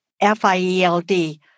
F-I-E-L-D